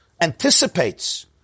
anticipates